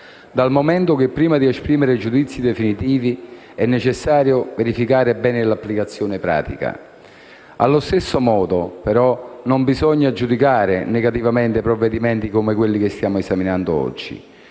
dal momento che prima di esprimere giudizi definitivi è necessario verificare bene l'applicazione pratica. Allo stesso modo, però, non bisogna giudicare negativamente provvedimenti come quello che stiamo esaminando oggi,